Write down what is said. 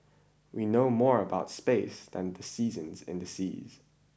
we know more about space than the seasons and the seas